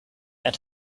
and